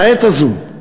בעת הזאת,